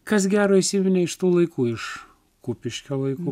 kas gero įsiminė iš tų laikų iš kupiškio laikų